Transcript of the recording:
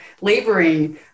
laboring